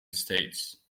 states